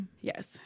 Yes